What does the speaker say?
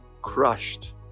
crushed